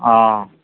অঁ